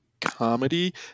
comedy